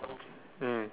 mm